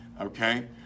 Okay